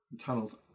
tunnels